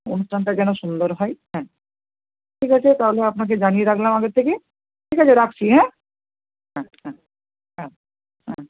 অনুষ্ঠানটা যেন সুন্দর হয় হ্যাঁ ঠিক আছে তাহলে আপনাকে জানিয়ে রাখলাম আগের থেকে ঠিক আছে রাখছি হ্যাঁ হ্যাঁ হ্যাঁ হ্যাঁ হ্যাঁ